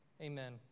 Amen